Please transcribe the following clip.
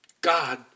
God